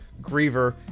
griever